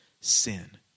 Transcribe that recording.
sin